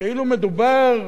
כאילו מדובר